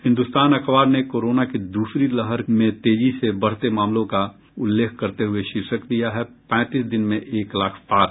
हिन्दुस्तान अखबार ने कोरोना की दूसरी लहर के में तेजी से बढ़ते मामलों का उल्लेख करते हुये शीर्षक दिया है पैंतीस दिन में एक लाख पार